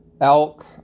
elk